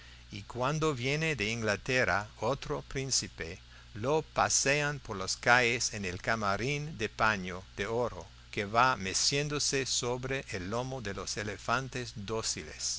y cuando viene de inglaterra otro príncipe lo pasean por las calles en el camarín de paño de oro que va meciéndose sobre el lomo de los elefantes